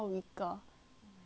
right